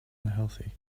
unhealthy